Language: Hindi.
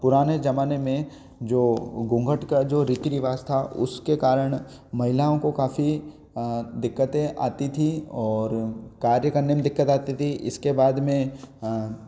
पुराने ज़माने में जो घूँघट का जो रीति रिवाज़ था उसके कारण महिलाओं को काफ़ी दिक़्क़तें आती थीं और कार्य करने में दिक़्क़त आती थी इसके बाद में